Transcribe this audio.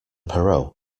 perrault